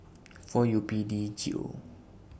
four U P D G O